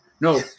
no